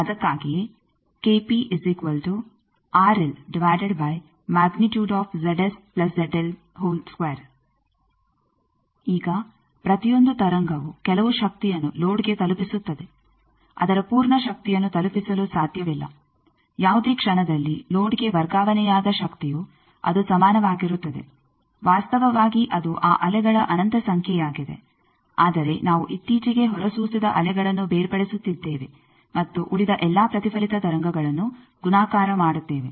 ಅದಕ್ಕಾಗಿಯೇ ಈಗ ಪ್ರತಿಯೊಂದು ತರಂಗವು ಕೆಲವು ಶಕ್ತಿಯನ್ನು ಲೋಡ್ಗೆ ತಲುಪಿಸುತ್ತದೆ ಅದರ ಪೂರ್ಣ ಶಕ್ತಿಯನ್ನು ತಲುಪಿಸಲು ಸಾಧ್ಯವಿಲ್ಲ ಯಾವುದೇ ಕ್ಷಣದಲ್ಲಿ ಲೋಡ್ಗೆ ವರ್ಗಾವಣೆಯಾದ ಶಕ್ತಿಯು ಅದು ಸಮಾನವಾಗಿರುತ್ತದೆ ವಾಸ್ತವವಾಗಿ ಅದು ಆ ಅಲೆಗಳ ಅನಂತ ಸಂಖ್ಯೆಯಾಗಿದೆ ಆದರೆ ನಾವು ಇತ್ತೀಚಿಗೆ ಹೊರಸೂಸಿದ ಅಲೆಗಳನ್ನು ಬೇರ್ಪಡಿಸುತ್ತಿದ್ದೇವೆ ಮತ್ತು ಉಳಿದ ಎಲ್ಲಾ ಪ್ರತಿಫಲಿತ ತರಂಗಗಳನ್ನು ಗುಣಾಕಾರ ಮಾಡುತ್ತೇವೆ